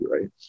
right